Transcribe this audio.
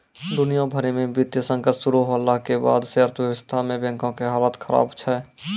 दुनिया भरि मे वित्तीय संकट शुरू होला के बाद से अर्थव्यवस्था मे बैंको के हालत खराब छै